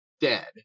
dead